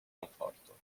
komfortu